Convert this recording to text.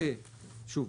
שוב,